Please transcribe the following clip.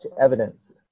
evidence